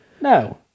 No